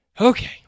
Okay